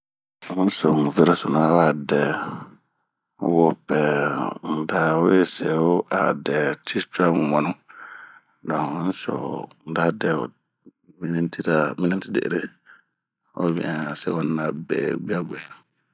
N'yi so n'ŋerosunu awadɛɛ, wopɛɛ n'dawe seho twi cuaguɛ a dɛɛ. bon n'yi so ho n'dadɛho minitira ,miniti de'ere obɛn sekontira guaguɛ.